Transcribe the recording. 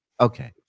Okay